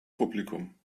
publikum